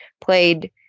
played